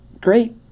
Great